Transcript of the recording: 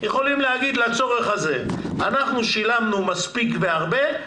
יכולים להגיד לצורך הזה: אנחנו שילמנו מספיק והרבה,